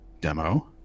demo